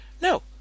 No